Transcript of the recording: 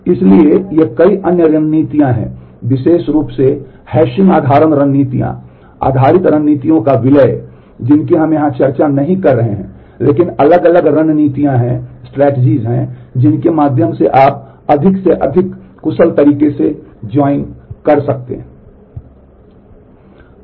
इसलिए ये कई अन्य रणनीतियाँ हैं विशेष रूप से हैशिंग सकते हैं